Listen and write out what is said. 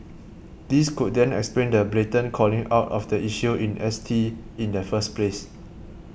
this could then explain the blatant calling out of the issue in S T in the first place